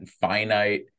finite